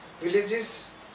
villages